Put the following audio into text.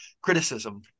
criticism